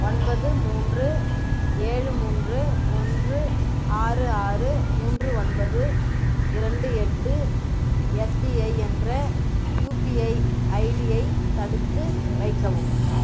ஒன்பது மூன்று ஏழு மூன்று ஒன்று ஆறு ஆறு மூன்று ஒன்பது இரண்டு எட்டு எஸ்பிஐ என்ற யுபிஐ ஐடியை தடுத்து வைக்கவும்